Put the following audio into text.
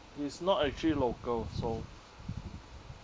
he's not actually local so